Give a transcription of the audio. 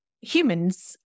humans